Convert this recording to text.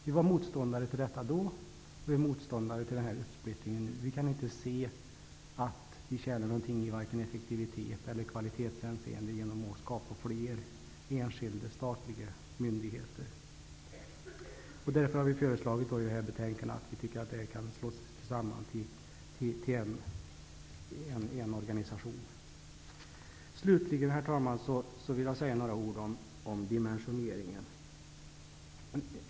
Vi var motståndare till detta då, och vi är motståndare till denna splittring nu. Vi kan inte se att vi tjänar något varken i effektivitetseller kvalitetshänseende på att skapa fler enskilda statliga myndigheter. Därför har vi i betänkandet föreslagit att dessa myndigheter kan slås samman till en organisation. Slutligen, herr talman, vill jag säga några ord om dimensioneringen.